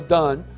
done